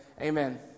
amen